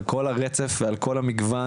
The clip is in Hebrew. על כל הרצף ועל כל המגוון,